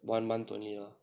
one month only lah